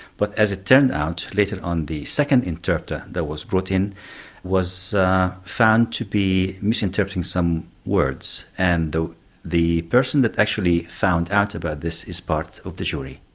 but as it turned out, later on, the second interpreter that was brought in was found to be misinterpreting some words and the the person that actually found out about this is part of the jury.